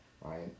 Right